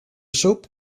soap